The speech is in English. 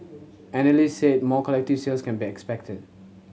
analyst said more collective sales can be expected